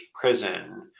prison